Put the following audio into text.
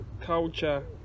culture